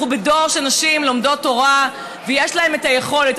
אנחנו בדור שנשים לומדות תורה ויש להן היכולת,